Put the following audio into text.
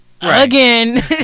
again